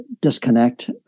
disconnect